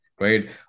right